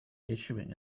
issuing